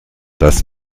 das